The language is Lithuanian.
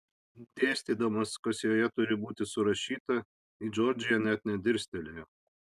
dėstydamas kas joje turi būti surašyta į džordžiją net nedirstelėjo